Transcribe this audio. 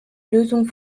lösung